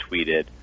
tweeted